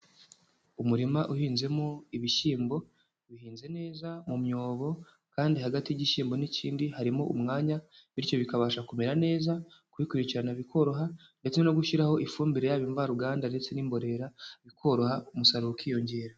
Umurima uhinzemo ibishyimbo bihinze neza mu myobo kandi hagati y'igishyimbo n'ikindi harimo umwanya, bityo bikabasha kumera neza kubikurikirana bikoroha ndetse no gushyiraho ifumbire yaba imvaruganda ndetse n'imborera bikoroha umusaruro ukiyongera.